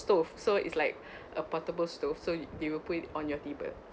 stove so it's like a portable stove so they will put it on your table